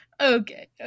Okay